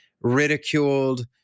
ridiculed